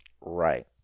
Right